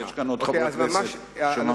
ויש כאן עוד חברי כנסת שממתינים.